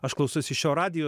aš klausausi šio radijo